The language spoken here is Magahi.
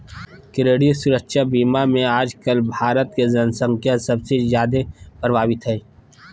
क्रेडिट सुरक्षा बीमा मे आजकल भारत के जन्संख्या सबसे जादे प्रभावित हय